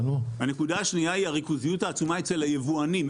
הנקודה השנייה היא הריכוזיות העצומה אצל היבואנים,